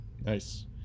Nice